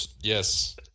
yes